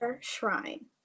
shrine